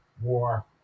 war